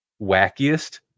wackiest